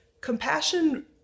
compassion